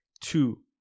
two